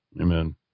Amen